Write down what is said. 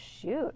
shoot